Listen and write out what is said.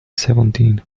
seventeen